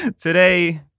Today